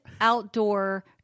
outdoor